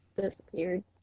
disappeared